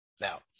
Now